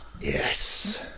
Yes